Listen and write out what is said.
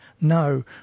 no